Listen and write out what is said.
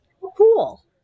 Cool